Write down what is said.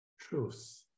Truth